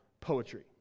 poetry